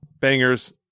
bangers